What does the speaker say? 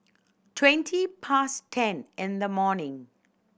twenty past ten in the morning